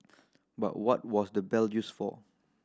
but what was the bell used for